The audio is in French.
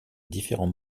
différents